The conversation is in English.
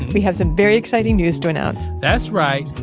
we have some very exciting news to announce that's right.